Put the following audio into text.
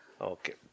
Okay